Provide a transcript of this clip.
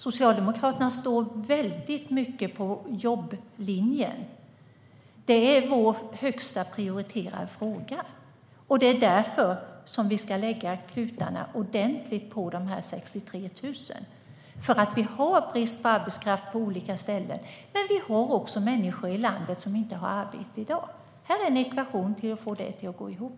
Socialdemokraterna står väldigt mycket för jobblinjen. Jobben är vår högst prioriterade fråga. Det är därför som vi ska sätta till klutarna ordentligt på de 163 000 flyktingarna. Vi har brist på arbetskraft på olika ställen, men vi har också människor i landet som inte har arbete i dag. Det är en ekvation att få det att gå ihop.